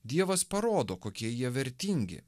dievas parodo kokie jie vertingi